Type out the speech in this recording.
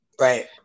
Right